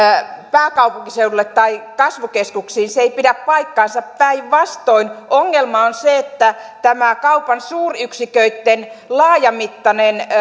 pääkaupunkiseudulle tai kasvukeskuksiin ei pidä paikkaansa päinvastoin ongelma on se että tämä kaupan suuryksiköitten laajamittainen